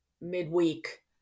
midweek